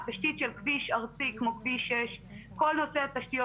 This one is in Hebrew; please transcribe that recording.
תשתית של כביש ארצי כמו כביש 6. כל נושא התשתיות